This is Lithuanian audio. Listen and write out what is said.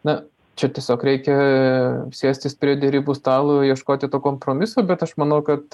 na čia tiesiog reikia sėstis prie derybų stalo ieškoti to kompromiso bet aš manau kad